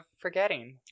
forgetting